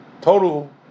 total